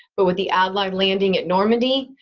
but with the allied landing at normandy,